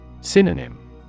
Synonym